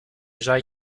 j’aie